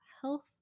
health